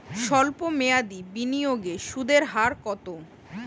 সল্প মেয়াদি বিনিয়োগের সুদের হার কত?